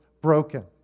broken